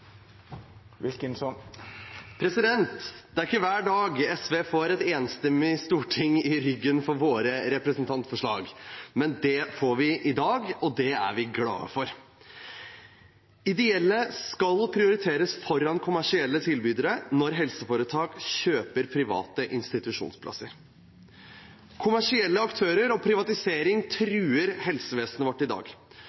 Det er ikke hver dag SV får et enstemmig storting i ryggen for våre representantforslag. Det får vi i dag, og det er vi glade for. Ideelle skal prioriteres foran kommersielle tilbydere når helseforetak kjøper institusjonsplasser. Kommersielle aktører og privatisering